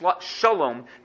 Shalom